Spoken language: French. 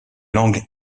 langue